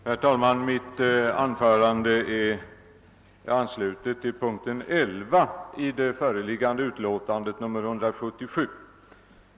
Herr talman! Mitt anförande ansluter sig till punkten 11 i utskottets hemställan.